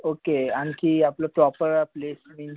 okay आणखी आपलं proper आपले मीन्स